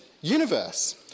universe